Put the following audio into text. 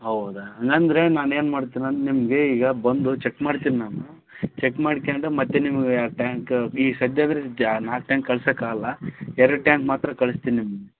ಹೌದಾ ಹಾಗಂದ್ರೆ ನಾನು ಏನು ಮಾಡ್ತೀನಂದ್ರೆ ನಿಮಗೆ ಈಗ ಬಂದು ಚೆಕ್ ಮಾಡ್ತೀನಿ ನಾನು ಚೆಕ್ ಮಾಡ್ಕಂಡು ಮತ್ತೆ ನಿಮಗೆ ಆ ಟ್ಯಾಂಕ ಈಗ ಸದ್ಯದಲ್ಲಿ ಜಾ ನಾಲ್ಕು ಟ್ಯಾಂಕ್ ಕಳ್ಸಕ್ಕಾಗಲ್ಲ ಎರಡು ಟ್ಯಾಂಕ್ ಮಾತ್ರ ಕಳ್ಸ್ತೀನಿ ನಿಮ್ಗ್